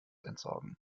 entsorgen